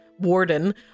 warden